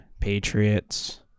Patriots